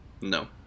No